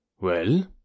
Well